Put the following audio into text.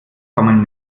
kommen